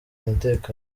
umutekano